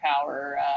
power